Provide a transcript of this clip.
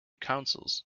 councils